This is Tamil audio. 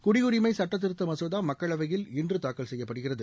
குடியுரிமை சட்டதிருத்த மசோதா மக்களவையில் இன்று தாக்கல் செய்யப்படுகிறது